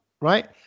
right